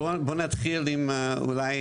בוא נתחיל, אולי,